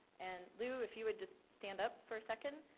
and lou, if you would, just stand up for a second.